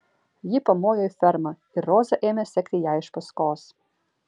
ji pamojo į fermą ir roza ėmė sekti jai iš paskos